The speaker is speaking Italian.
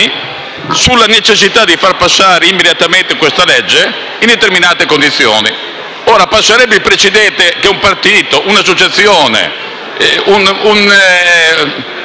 sulla necessità di far passare indirettamente questa legge in determinate condizioni. Ora, quindi, passerebbe il precedente che un partito, un'associazione o un